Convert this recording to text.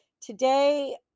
today